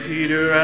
Peter